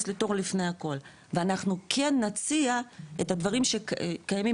לתור לפני הכול ואנחנו כן נציע את הדברים שקיימים,